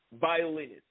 violinist